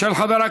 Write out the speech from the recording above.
לא נתקבלה.